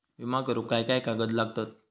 विमा करुक काय काय कागद लागतत?